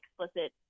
explicit